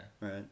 right